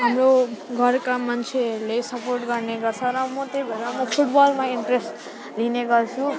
हाम्रा घरका मन्छेहरूले सपोर्ट गर्ने गर्छ र म त्यही भएर म फुटबलमा इन्ट्रेस्ट लिने गर्छु